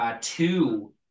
two